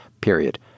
period